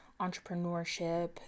entrepreneurship